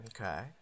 Okay